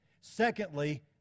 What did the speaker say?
Secondly